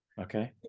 Okay